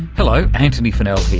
hello, antony funnell here,